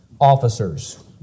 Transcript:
officers